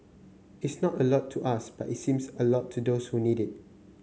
it's not a lot to us but it seems a lot to those who need it